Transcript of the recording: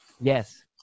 yes